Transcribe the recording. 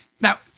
Now